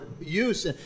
use